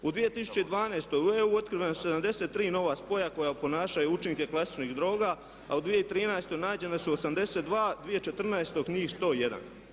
U 2012. u EU otkrivena su 73 nova spoja koja oponašaju učinke klasičnih droga, a u 2013. nađena su 82, 2014. njih 101.